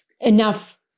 enough